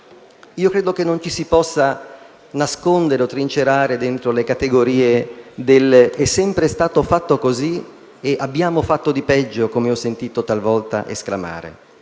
Non credo ci si possa nascondere o trincerare dietro le categorie quali «è sempre stato fatto così» oppure «abbiamo fatto di peggio», come ho sentito talvolta esclamare.